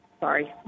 Sorry